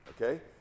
okay